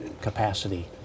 capacity